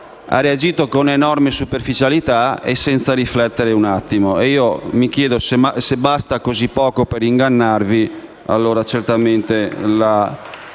ha reagito, con enorme superficialità e senza riflettere un attimo. Mi chiedo: se basta così poco per ingannarvi, allora la